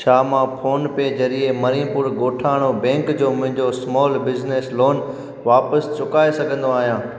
छा मां फ़ोन पे ज़रिए मणिपुर ॻोठाणो बैंक जो मुंहिंजो स्माल बिल वापिसि चुकाइ सघंदो आहियां